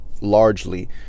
largely